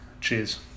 Cheers